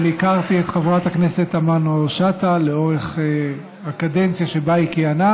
אבל הכרתי את חברת הכנסת תמנו-שטה לאורך הקדנציה שבה היא כיהנה.